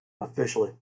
officially